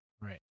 Right